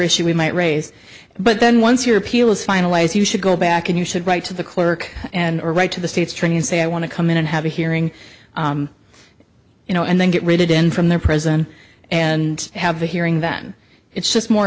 issue we might raise but then once your appeal is finalized you should go back and you should write to the clerk and or write to the state string and say i want to come in and have a hearing you know and then get rid of them from their prison and have a hearing then it's